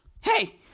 hey